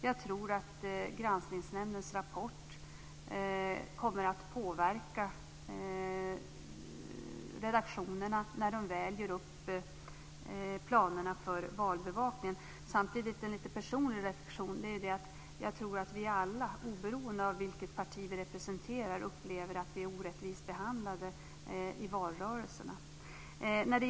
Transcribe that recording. Jag tror att Granskningsnämndens rapport kommer att påverka redaktionerna när de väl gör upp planerna för valbevakningen. Samtidigt kan jag som en lite personlig reflexion säga att jag tror att vi alla, oberoende av vilket parti vi representerar, upplever att vi är orättvist behandlade i valrörelserna.